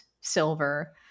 silver